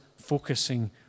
focusing